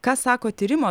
ką sako tyrimo